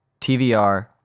TVR